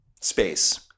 Space